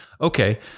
Okay